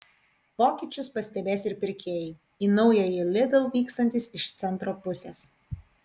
pokyčius pastebės ir pirkėjai į naująjį lidl vykstantys iš centro pusės